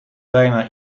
bijna